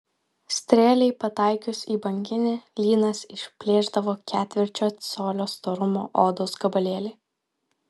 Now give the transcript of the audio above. strėlei pataikius į banginį lynas išplėšdavo ketvirčio colio storumo odos gabalėlį